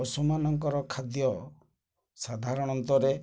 ପଶୁମାନଙ୍କର ଖାଦ୍ୟ ସାଧାରଣତରେ